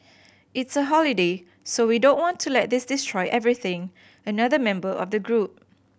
it's a holiday so we don't want to let this destroy everything another member of the group